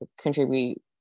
contribute